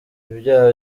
ibyaha